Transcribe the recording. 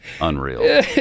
unreal